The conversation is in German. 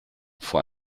vor